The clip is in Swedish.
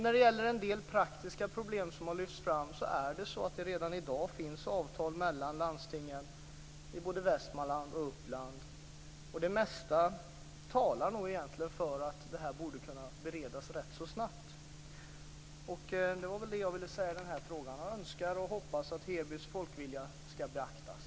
När det gäller en del praktiska problem som har lyfts fram finns det redan i dag avtal mellan landstingen i både Västmanland och Uppland. Det mesta talar nog för att frågan bör kunna beredas rätt så snabbt. Jag hoppas att folkviljan i Heby skall beaktas.